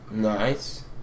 nice